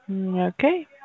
Okay